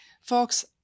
folks